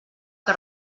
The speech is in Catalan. que